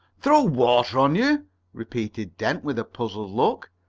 throw water on you? repeated dent with a puzzled look.